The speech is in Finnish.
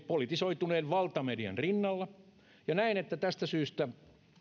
politisoituneen valtamedian rinnalla ja näen että tästä syystä